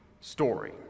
story